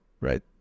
right